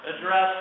address